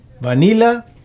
vanilla